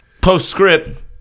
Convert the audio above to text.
Postscript